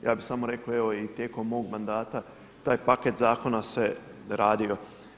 Ja bih samo rekao evo i tijekom mog mandata taj paket zakona se radio.